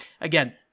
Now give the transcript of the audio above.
again